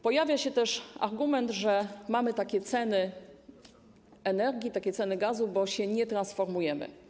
Pojawia się też argument, że mamy takie ceny energii, takie ceny gazu, bo nie transformujemy się.